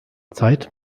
zeit